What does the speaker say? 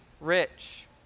rich